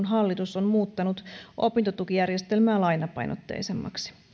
hallitus on muuttanut opintotukijärjestelmää lainapainotteisemmaksi